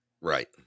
Right